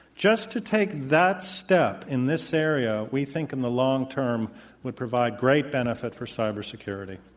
just to take that step in this area, we think in the long term would provide great benefit for cyber security.